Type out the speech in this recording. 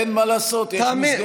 אין מה לעשות, יש מסגרת זמן.